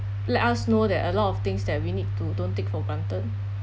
let us know that a lot of things that we need to don't take for granted